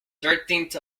thirteenth